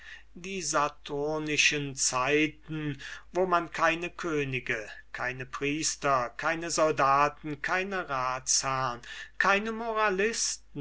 die saturnischen zeiten wo man keine könige keine priester keine soldaten keine ratsherren keine